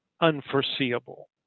unforeseeable